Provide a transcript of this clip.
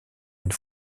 une